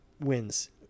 wins